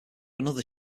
another